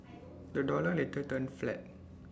the dollar later turned flat